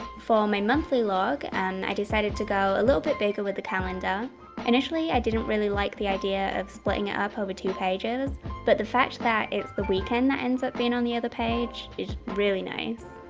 for my monthly log, and i decided to go a little bit bigger with the calendar initially, i didn't really like the idea of splitting it up over two pages but the fact that it's the weekend that ends up being on the other page is really nice.